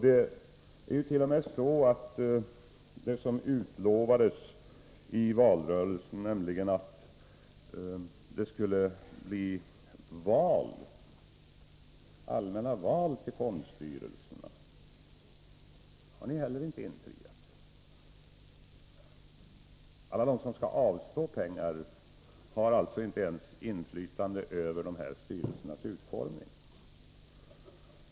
Det är t.o.m. så att det som utlovades i valrörelsen — att det skulle bli allmänna val till fondstyrelserna — det har ni inte heller infriat. Alla de som skall avstå pengar har alltså inte ens inflytande över de här styrelsernas utformning.